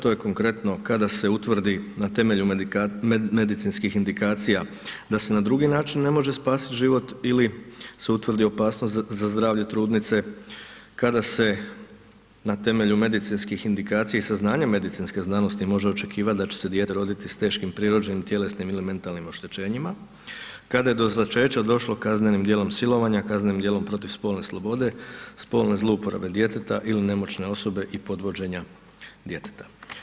To je konkretno kada se utvrdi na temelju medicinskih indikacija da se na drugi način ne može spasiti život ili se utvrdi opasnost za zdravlje trudnice kada se na temelju medicinskih indikacija i saznanje medicinske znanosti može očekivati da će se dijete roditi sa teškim prirođenim tjelesnim ili mentalnim oštećenjima, kada je do začeća došlo kaznenim djelom silovanja, kaznenim djelom protiv spolne slobode, spolne zlouporabe djeteta ili nemoćne osobe i podvođenja djeteta.